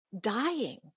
dying